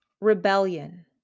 Rebellion